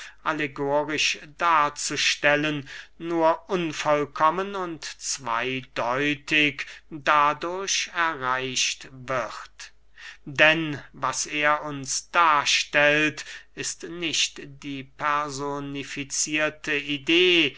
allegorisch darzustellen nur unvollkommen und zweydeutig dadurch erreicht wird denn was er uns darstellt ist nicht die personificierte idee